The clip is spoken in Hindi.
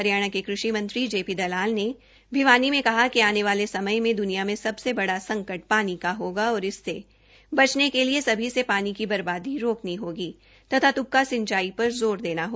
हरियाणा के कृषि मंत्री जे पी दलाल ने भिवनी में कहा कि आने वाले समय में द्रनिया में सबसे बड़ा संकट पानी का होगा और इससे बचने के लिए अभी से पानी की बर्बादी रोकनी होगी तथा तुपका सिंचाई पर ज़ोर देना होगा